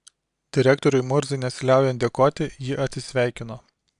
direktoriui murzai nesiliaujant dėkoti ji atsisveikino